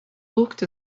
looked